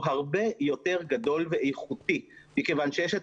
הוא הרבה יותר גדול ואיכותי מכיוון שיש את